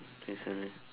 this one leh